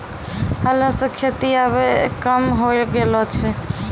हलो सें खेती आबे कम होय गेलो छै